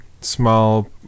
small